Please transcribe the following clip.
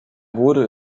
wurde